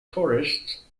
forests